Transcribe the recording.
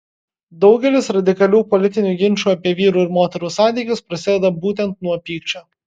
daugelis radikalių politinių ginčų apie vyrų ir moterų santykius prasideda būtent nuo pykčio